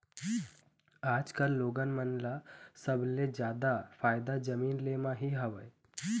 आजकल लोगन मन ल सबले जादा फायदा जमीन ले म ही हवय